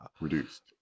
Reduced